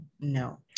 no